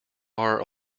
are